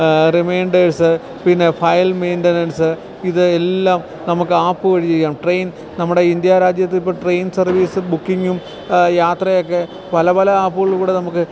reminders പിന്നെ file maintenance ഇത് എല്ലാം നമുക്ക് ആപ്പ് വഴി ചെയ്യാം ട്രെയിൻ നമ്മുടെ ഇന്ത്യ രാജ്യത്ത് ഇപ്പോൾ ട്രെയിൻ സർവ്വീസ് ബുക്കിംഗും യാത്രയൊക്കെ പല പല ആപ്പുകളിലൂടെ നമുക്ക്